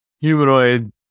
humanoid